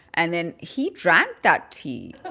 and then he drank that tea